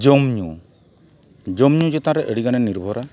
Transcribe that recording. ᱡᱚᱢ ᱧᱩ ᱡᱚᱢ ᱧᱩ ᱪᱮᱛᱟᱱ ᱨᱮ ᱟᱹᱰᱤᱜᱟᱱᱮ ᱱᱤᱨᱵᱷᱚᱨᱟ